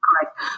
Correct